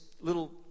little